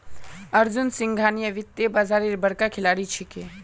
अर्जुन सिंघानिया वित्तीय बाजारेर बड़का खिलाड़ी छिके